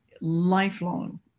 lifelong